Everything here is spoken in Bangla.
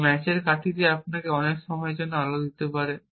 এবং ম্যাচের কাঠি আপনাকে অনেক সময়ের জন্য আলো দিতে পারে